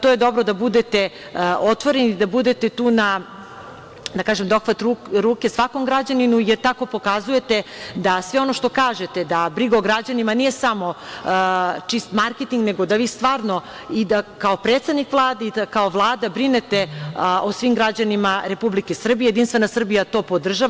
To je dobro da budete otvoreni, da budete tu na, da kažem, dohvat ruke svakom građaninu, jer tako pokazujete da sve ono što kažete, da briga o građanima nije samo čist marketing, nego da vi stvarno i da kao predstavnik Vlade i da kao Vlada brinete o svim građanima Republike Srbije, JS to podržava.